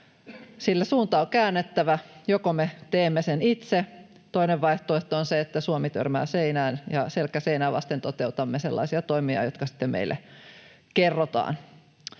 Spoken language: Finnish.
sillä suunta on käännettävä. Joko me teemme sen itse tai toinen vaihtoehto on se, että Suomi törmää seinään ja selkä seinää vasten toteutamme sellaisia toimia, jotka sitten meille kerrotaan.